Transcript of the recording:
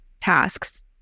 tasks